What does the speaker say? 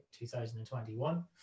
2021